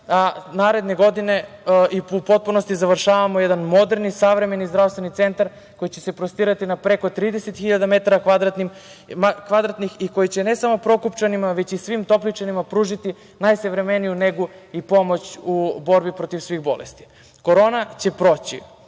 a naredne godine i u potpunosti završavamo jedan moderni, savremeni zdravstveni centar koji će se prostirati na preko 30 hiljada metara kvadratnih i koji će ne samo Prokupčanima već i svim Topličanima pružiti najsavremeniju negu i pomoć u borbi protiv svih bolesti. Korona će proći